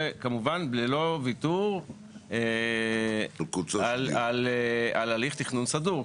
וכמובן ללא ויתור על הליך תכנון סדור,